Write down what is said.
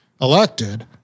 elected